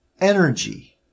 energy